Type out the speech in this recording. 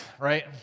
right